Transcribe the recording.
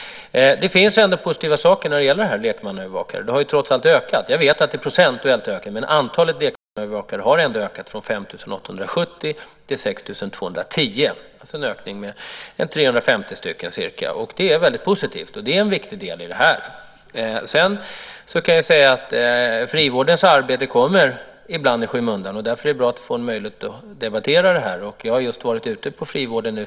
Det finns ändå positiva saker när det gäller lekmannaövervakare. Detta har ökat. Jag vet att det procentuellt inte har ökat. Men antalet lekmannaövervakare har ökat från 5 870 till 6 210. Det är alltså en ökning med ca 350. Det är väldigt positivt, och det är en viktig del i detta. Frivårdens arbete kommer ibland i skymundan. Därför är det bra att vi får en möjlighet att debattera den här. Jag har just varit ute i frivården.